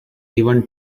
given